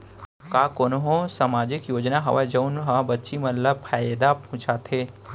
का कोनहो सामाजिक योजना हावय जऊन हा बच्ची मन ला फायेदा पहुचाथे?